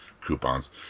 coupons